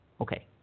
Okay